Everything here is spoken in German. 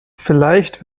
vielleicht